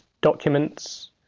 documents